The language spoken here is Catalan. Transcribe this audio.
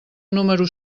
número